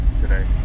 today